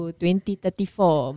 2034